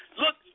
Look